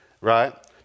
Right